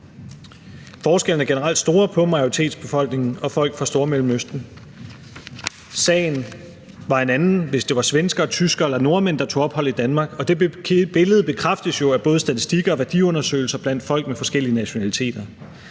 Forskellene på majoritetsbefolkningen og folk fra Stormellemøsten er generelt store. Sagen var en anden, hvis det var svenskere, tyskere eller nordmænd, der tog ophold i Danmark, og det billede bekræftes jo af både statistikker og værdiundersøgelser blandt folk med forskellige nationaliteter.